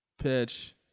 Pitch